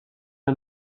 the